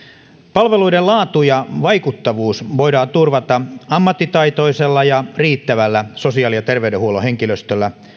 palveluiden laatu ja vaikuttavuus voidaan turvata ammattitaitoisella ja riittävällä sosiaali ja terveydenhuollon henkilöstöllä